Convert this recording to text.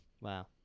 Wow